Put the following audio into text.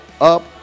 up